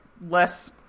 less